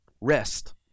rest